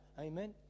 Amen